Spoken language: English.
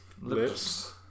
Lips